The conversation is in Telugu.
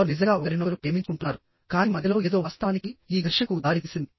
వారు నిజంగా ఒకరినొకరు ప్రేమించుకుంటున్నారు కానీ మధ్యలో ఏదో వాస్తవానికి ఈ ఘర్షణకు దారి తీసింది